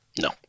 No